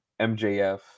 MJF